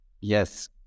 Yes